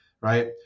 Right